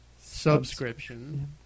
subscription